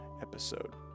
episode